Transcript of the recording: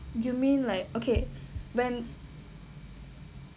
give me like okay when